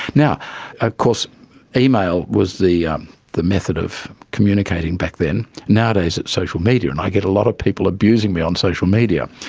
ah course email was the um the method of communicating back then, nowadays it's social media and i get a lot of people abusing me on social media,